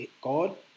God